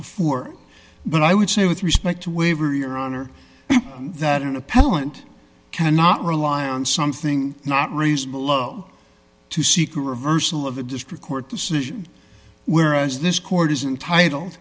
before but i would say with respect to waiver your honor that an appellant cannot rely on something not reasonable low to seek a reversal of a district court decision whereas this court isn't titled